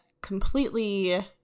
completely